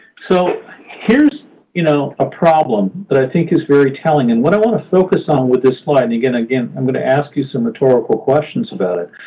so here's you know a problem that i think is very telling. and what i want to focus on with this slide? and, again, i'm going to ask you some rhetorical questions about it.